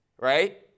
right